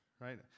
right